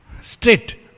straight